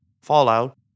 Fallout